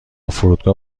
فرودگاه